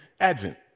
Advent